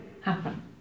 happen